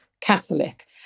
Catholic